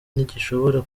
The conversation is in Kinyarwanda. ntigishobora